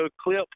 clip